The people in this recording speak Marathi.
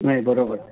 नाही बरोबर आहे